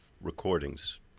recordings